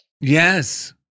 Yes